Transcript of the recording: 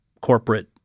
corporate